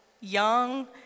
young